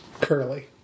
Curly